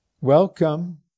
Welcome